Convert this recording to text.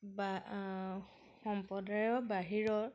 বা সম্প্ৰদায়ৰ বাহিৰৰ